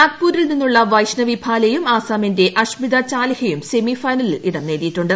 നാഗ്പൂരിൽ നിന്നുള്ള വൈഷ്ണവി ഭാലെയും ആസ്സാമിന്റെ അഷ്മിത ചാലിഹയും സെമിഫൈനലിൽ ഇടം നേടിയിട്ടുണ്ട്